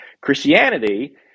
Christianity